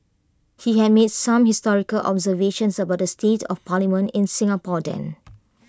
he had made some historic observations about the state of parliament in Singapore then